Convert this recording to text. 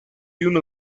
uno